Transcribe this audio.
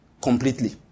completely